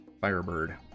firebird